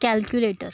calculator